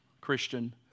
Christian